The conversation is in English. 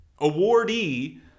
awardee